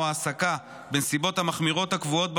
העסקה בנסיבות המחמירות הקבועות בחוק,